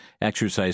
exercise